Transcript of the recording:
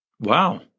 wow